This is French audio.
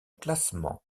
classement